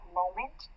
moment